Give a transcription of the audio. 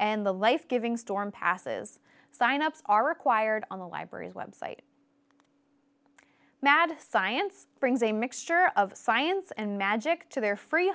and the life giving storm passes sign ups are required on the library's website mad science brings a mixture of science and magic to their free